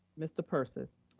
mr. persis.